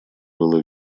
было